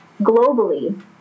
globally